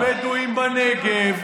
לא אצל הבדואים בנגב,